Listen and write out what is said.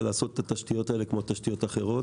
כמו שנאמר,